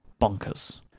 bonkers